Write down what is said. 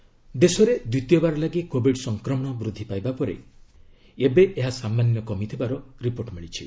covid status ଦେଶରେ ଦ୍ୱିତୀୟବାର ଲାଗି କୋବିଡ୍ ସଂକ୍ରମଣ ବୃଦ୍ଧି ପାଇବା ପରେ ଏବେ ଏହା ସାମାନ୍ୟ କମିଥିବାର ରିପୋର୍ଟ ମିଳିଛି